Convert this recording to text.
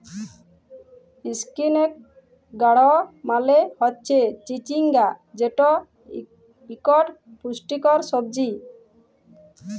ইসনেক গাড় মালে হচ্যে চিচিঙ্গা যেট ইকট পুষ্টিকর সবজি